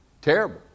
terrible